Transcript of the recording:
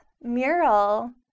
mural